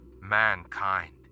Mankind